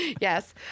Yes